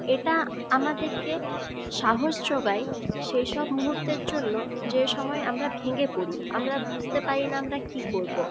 এটা আমাদেরকে সাহস জোগায় সেই সব মুহূর্তের জন্য যেসময় আমরা ভেঙ্গে পড়ি আমরা বুঝতে পারি না আমরা কী করবো